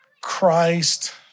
Christ